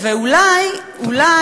ואולי אולי,